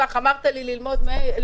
אמרת לי לא ללמוד מאיתן,